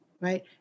right